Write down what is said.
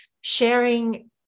sharing